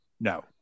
No